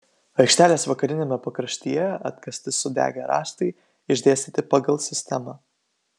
aikštelės vakariniame pakraštyje atkasti sudegę rąstai išdėstyti pagal sistemą